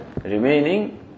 remaining